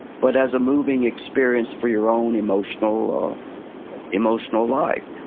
but as a moving experience for your own emotional ah emotional life.